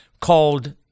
called